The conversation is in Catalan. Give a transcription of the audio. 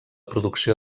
producció